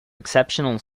exceptional